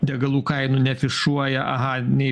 degalų kainų neafišuoja aha nei